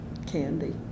candy